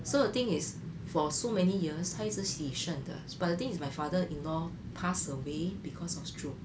so the thing is for so many years 他一直洗肾的 but the thing is my father-in-law passed away because of stroke